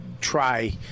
try